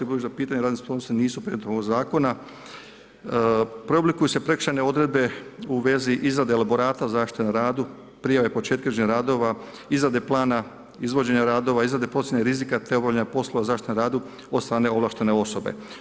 Budući da pitanje radne sposobnosti nisu predmet ovog zakona, preoblikuju se prekršajne odredbe u vezi izrade elaborata zaštite na radu, prijave početka … radova, izrade plana, izvođenja radova, izrade procjene rizika te obavljanje poslova zaštite rada od strane ovlaštene osobe.